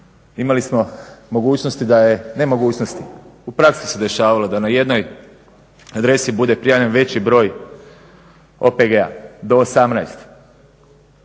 imali smo mogućnosti da je, ne mogućnosti, u praksi se dešavalo da na jednoj adresi bude prijavljen veći broj OPG-a, do 18.